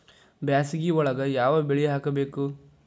ಬ್ಯಾಸಗಿ ಒಳಗ ಯಾವ ಬೆಳಿ ಹಾಕಬೇಕು?